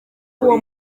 uwo